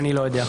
אני לא יודע.